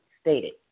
stated